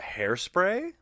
hairspray